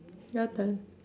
your turn